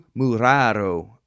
muraro